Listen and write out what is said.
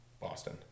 boston